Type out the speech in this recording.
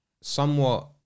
somewhat